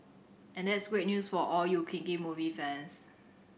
and that's great news for all you kinky movie fans